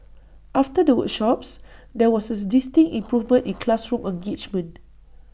after the workshops there was distinct improvement in classroom engagement